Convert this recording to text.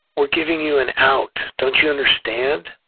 we're giving you an out. don't you understand?